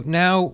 now